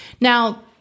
Now